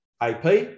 AP